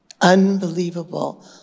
Unbelievable